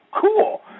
cool